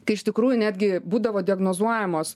kai iš tikrųjų netgi būdavo diagnozuojamos